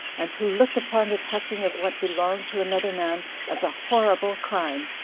and to look upon the touching of what belonged to another man as a horrible crime,